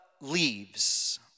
leaves